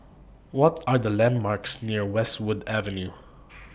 What Are The landmarks near Westwood Avenue